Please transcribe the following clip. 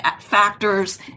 factors